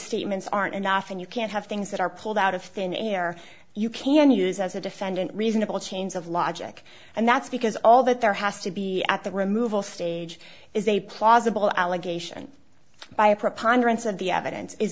statements aren't enough and you can't have things that are pulled out of thin air you can use as a defendant reasonable chains of logic and that's because all that there has to be at the removal stage is a plausible allegation by a preponderance of the evidence is